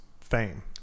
fame